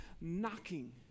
knocking